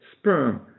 sperm